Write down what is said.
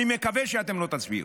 אני מקווה שאתם לא תצביעו,